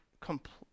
complete